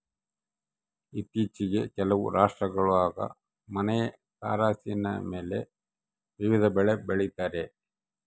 ಇತ್ತೀಚಿಗೆ ಕೆಲವು ರಾಷ್ಟ್ರಗುಳಾಗ ಮನೆಯ ತಾರಸಿಮೇಲೆ ವಿವಿಧ ಬೆಳೆ ಬೆಳಿತಾರ